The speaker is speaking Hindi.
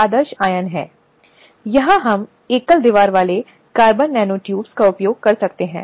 अब तथ्यों की ऐसी स्थापना जिसे हम साक्ष्य के रूप में कानून कहते हैं